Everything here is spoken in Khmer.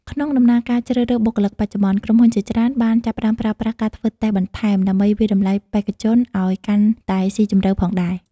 ក្នុងដំណើរការជ្រើសរើសបុគ្គលិកបច្ចុប្បន្ន ក្រុមហ៊ុនជាច្រើនបានចាប់ផ្ដើមប្រើប្រាស់ការធ្វើតេស្តបន្ថែម ដើម្បីវាយតម្លៃបេក្ខជនឲ្យកាន់តែស៊ីជម្រៅផងដែរ។